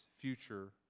future